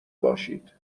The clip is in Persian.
باشید